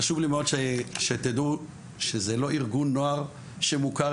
חשוב לי שתדעו שזה לא ארגון נוער שמוכר